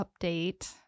update